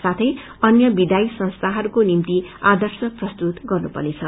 साथै अन्य विधायी संस्थाहरूको निम्ति आर्दश प्रस्तुत गर्नपनेँछ